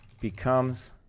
becomes